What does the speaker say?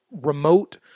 remote